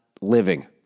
living